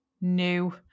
new